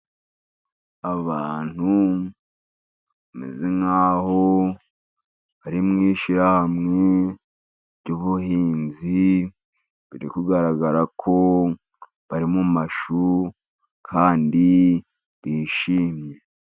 Abantu bameze nk'aho bari mu ishyirahamwe ry'ubuhinzi, biri kugaragara ko bari mu mashu kandi bishimye.